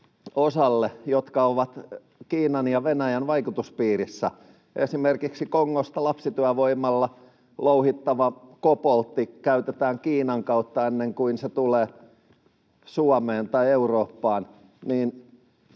jotka ovat Kiinan ja Venäjän vaikutuspiirissä. Kun esimerkiksi Kongosta lapsityövoimalla louhittava koboltti käytetään Kiinan kautta, ennen kuin se tulee Suomeen tai Eurooppaan,